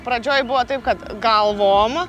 pradžioj buvo taip kad galvom